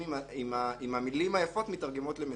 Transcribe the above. אם המילים היפות מתרגמות למציאות.